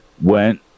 Went